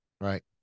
Right